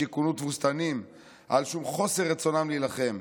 שכונו תבוסתנים על שום חוסר רצונם להילחם.